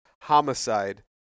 homicide